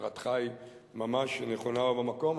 הערתך היא ממש נכונה ובמקום.